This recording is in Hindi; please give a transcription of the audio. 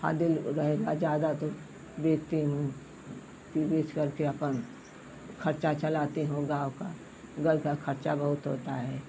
फादिल रहेगा ज़्यादा तो बेचती हूँ फिर बेच करके अपन खर्चा चलाती हूँ गाँव का गौ का खर्चा बहुत होता है